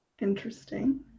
Interesting